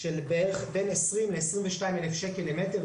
של בערך בין 20,000 ל-22,000 למטר.